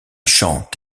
chante